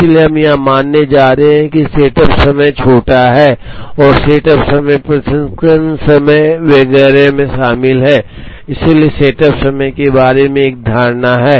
इसलिए हम यह मानने जा रहे हैं कि सेटअप समय छोटा है और सेटअप समय प्रसंस्करण समय वगैरह में शामिल है इसलिए सेटअप समय के बारे में भी एक धारणा है